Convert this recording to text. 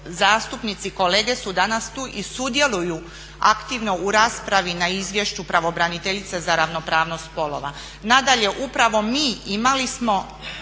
zastupnici, kolege su danas tu i sudjeluju aktivno u raspravi na izvješću pravobraniteljice za ravnopravnost spolova. Nadalje, upravo mi imali smo